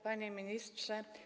Panie Ministrze!